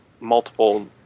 multiple